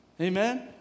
Amen